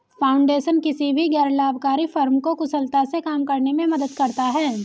foundation किसी भी गैर लाभकारी फर्म को कुशलता से काम करने में मदद करता हैं